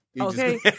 Okay